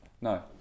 No